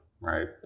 right